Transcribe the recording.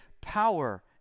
power